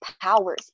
powers